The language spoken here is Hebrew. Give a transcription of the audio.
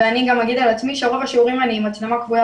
ואני אגיד על עצמי שרוב השיעורים אני עם מצלמה כבויה